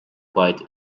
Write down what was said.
quite